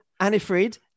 Anifrid